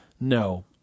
No